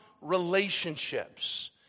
relationships